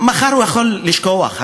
הוא יכול מחר לשכוח אותה.